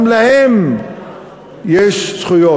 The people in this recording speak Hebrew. גם להם יש זכויות.